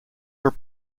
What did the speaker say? were